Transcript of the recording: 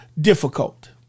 difficult